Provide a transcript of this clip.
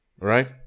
Right